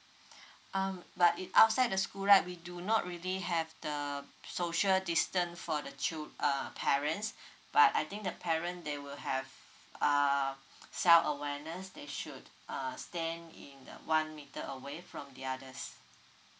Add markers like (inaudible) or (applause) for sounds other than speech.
(breath) um but if outside the school right we do not really have the social distance for the chil~ uh parents but I think the parent they will have err self awareness they should err stand in uh one meter away from the others